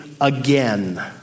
again